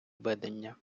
ведення